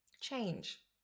Change